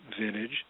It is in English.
vintage